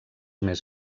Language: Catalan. més